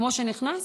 כמו שנכנס,